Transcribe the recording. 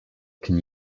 can